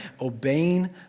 obeying